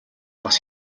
бас